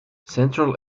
central